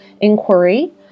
inquiry